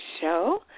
Show